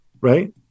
right